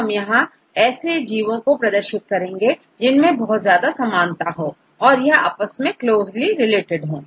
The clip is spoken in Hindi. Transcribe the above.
तो हम यहां ऐसे जीवो को को प्रदर्शित करते हैं जिनमें बहुत ज्यादा समानता हो और यह आपस में क्लोज़ली रिलेटेड हो